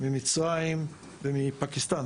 מצרים ופקיסטן.